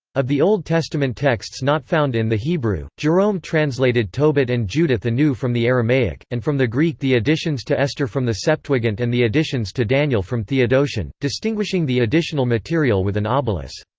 of the old testament texts not found in the hebrew, jerome translated tobit and judith anew from the aramaic, and from the greek the additions to esther from the septuagint and the additions to daniel from theodotion, distinguishing the additional material with an obelus.